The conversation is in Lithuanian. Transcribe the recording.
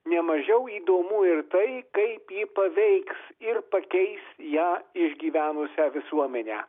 ne mažiau įdomu ir tai kaip ji paveiks ir pakeis ją išgyvenusią visuomenę